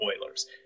Oilers